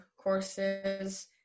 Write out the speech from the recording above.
courses